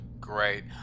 Great